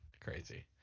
Crazy